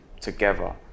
together